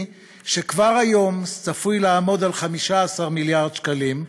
שכבר היום צפוי שיהיה 15 מיליארד שקלים,